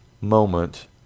moment